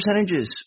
percentages